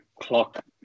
clock